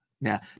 Now